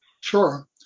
Sure